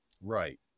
right